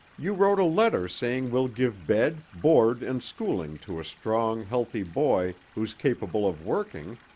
you wrote a letter saying we'll give bed, board and schooling to a strong, healthy boy who's capable of working.